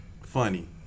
funny